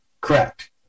Correct